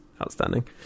outstanding